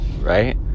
right